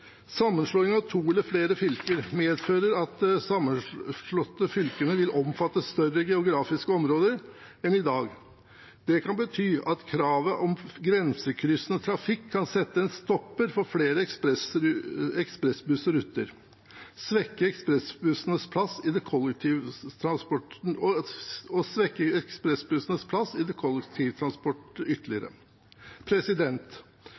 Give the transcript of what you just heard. Sammenslåing av to eller flere fylker medfører at de sammenslåtte fylkene vil omfatte større geografiske områder enn i dag. Det kan bety at kravet om grensekryssende trafikk kan sette en stopper for flere ekspressbussruter og svekke ekspressbussenes plass i kollektivtransporten ytterligere. Det har vært en diskusjon om hvor en skulle sette en nedre grense for ekspressbussenes